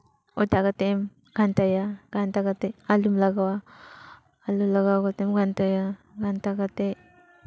ᱚᱴᱟᱜ ᱠᱟᱛᱮᱢ ᱜᱷᱟᱸᱱᱴᱟᱭᱟ ᱜᱷᱟᱸᱱᱴᱟ ᱠᱟᱛᱮᱫ ᱟᱹᱞᱩᱢ ᱞᱟᱜᱟᱣᱟ ᱟᱹᱞᱩ ᱞᱟᱜᱟᱣ ᱠᱟᱛᱮᱢ ᱜᱷᱟᱸᱱᱴᱟᱭᱟ ᱜᱷᱟᱸᱱᱴᱟ ᱠᱟᱛᱮᱫ